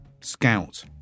scout